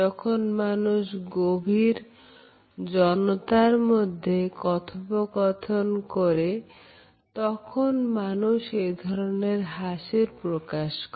যখন মানুষ গভীর জনতার মধ্যে কথোপকথন করে তখন মানুষ এই ধরনের হাসির প্রকাশ করে